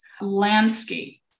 Landscape